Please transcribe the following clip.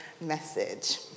message